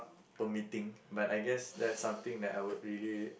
permitting but I guess that's something that I would really